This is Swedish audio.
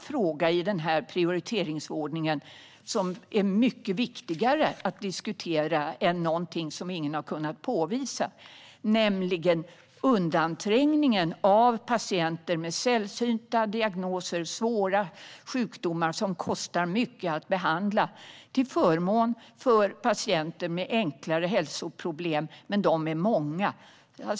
Jag tycker att det finns en mycket viktigare prioriteringsfråga att ta upp, nämligen undanträngningen av patienter med sällsynta diagnoser och svåra sjukdomar som kostar mycket att behandla till förmån för patienter som är många och som har enklare hälsoproblem.